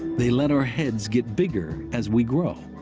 they let our heads get bigger as we grow.